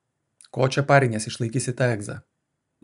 ko čia pariniesi išlaikysi tą egzą